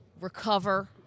recover